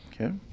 Okay